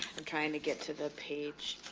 i'm trying to get to the page.